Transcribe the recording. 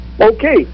Okay